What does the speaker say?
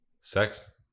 Sex